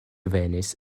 venis